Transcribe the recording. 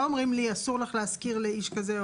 לא אומרים לי אסור לך להשכיר לאיש כזה,